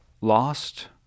lost